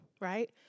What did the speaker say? right